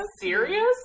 serious